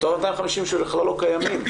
מתוך ה-250 שבכלל לא קיימים.